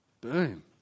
Boom